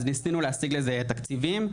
אז ניסינו להשיג לזה תקציבים,